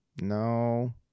no